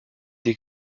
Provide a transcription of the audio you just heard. des